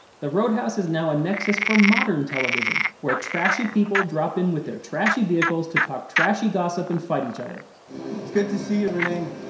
the roadhouse is now a nexus for modern television, where trashy people drop in with their trashy vehicles to talk trashy gossip and fight each other. it's good to see you, renee.